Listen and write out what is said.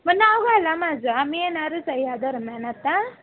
मग नाव घाला माझं आम्ही येणारच आहे ह्या दरम्यान आता